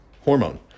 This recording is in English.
hormone